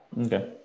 Okay